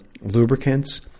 lubricants